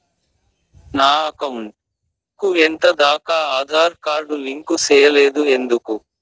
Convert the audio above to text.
నా అకౌంట్ కు ఎంత దాకా ఆధార్ కార్డు లింకు సేయలేదు ఎందుకు